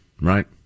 right